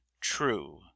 true